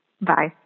Bye